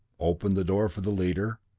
opened the door for the leader,